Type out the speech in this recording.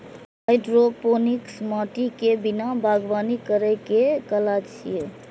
hydroponics माटि के बिना बागवानी करै के कला छियै